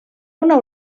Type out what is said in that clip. una